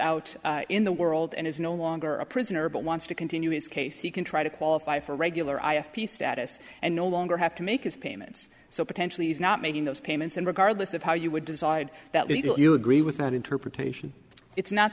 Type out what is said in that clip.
out in the world and is no longer a prisoner but wants to continue his case he can try to qualify for piece status and no longer have to make his payments so potentially he's not making those payments and regardless of how you would decide that legal you agree with that interpretation it's not